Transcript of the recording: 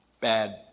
bad